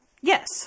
Yes